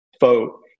vote